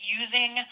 using